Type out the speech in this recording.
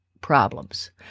problems